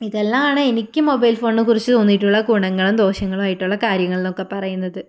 ഇതെല്ലാമാണ് എനിക്ക് മൊബൈൽ ഫോണിനെ കുറിച്ച് തോന്നിയിട്ടുള്ള ഗുണങ്ങളും ദോഷങ്ങളും ആയിട്ടുള്ള കാര്യങ്ങൾ എന്നൊക്കെ പറയുന്നത്